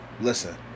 Listen